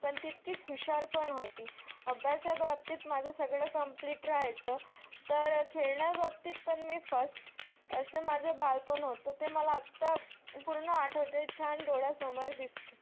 पण तितकीच हुशार पण होती अभ्यासाबाबतीत माझं सगळं कम्प्लीट राहायचं तर खेळण्याबाबतीत पण मी फर्स्ट असं माझं बालपण होतं ते मला आत्ता पूर्ण आठवते छान डोळ्यासमोर दिसते